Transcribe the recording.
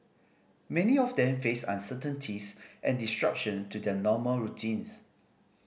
many of them faced uncertainties and disruption to their normal routines